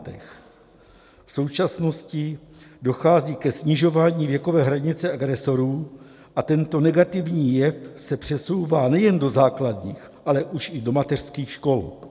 V současnosti dochází ke snižování věkové hranice agresorů a tento negativní jev se přesouvá nejen do základních, ale už i do mateřských škol.